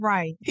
Right